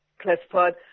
classified